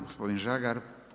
Gospodin Žagar.